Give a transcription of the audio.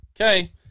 Okay